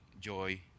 joy